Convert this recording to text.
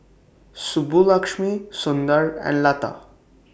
Subbulakshmi Sundar and Lata